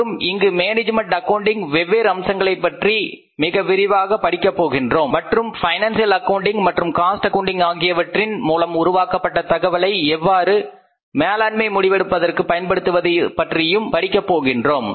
மற்றும் இங்கு மேனேஜ்மென்ட் அக்கவுண்டிங்கின் வெவ்வேறு அம்சங்களைப் பற்றி மிக விரிவாக படிக்க போகின்றோம் மற்றும் பைனான்சியல் அக்கவுண்டிங் மற்றும் காஸ்ட் அக்கவுண்டிங் ஆகியவற்றின் மூலம் உருவாக்கப்பட்ட தகவல்களை எவ்வாறு மேலாண்மை முடிவெடுப்பதற்கு பயன்படுத்துவது என்பதை பற்றியும் படிக்கப் போகிறோம்